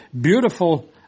beautiful